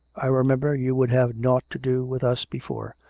i remember you would have nought to do with us before.